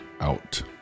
out